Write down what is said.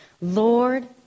Lord